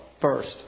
first